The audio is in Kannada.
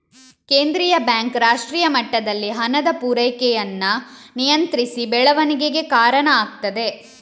ಕೇಂದ್ರೀಯ ಬ್ಯಾಂಕ್ ರಾಷ್ಟ್ರೀಯ ಮಟ್ಟದಲ್ಲಿ ಹಣದ ಪೂರೈಕೆಯನ್ನ ನಿಯಂತ್ರಿಸಿ ಬೆಳವಣಿಗೆಗೆ ಕಾರಣ ಆಗ್ತದೆ